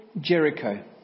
Jericho